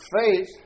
Faith